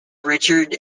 richard